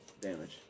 Damage